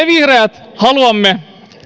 vihreät haluamme